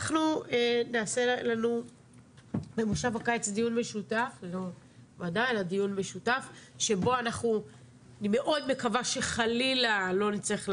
נעשה במושב הקיץ דיון משותף שבו אני מאוד מקווה שחלילה לא נצטרך להגיע,